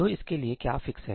तो इसके लिए क्या फिक्स है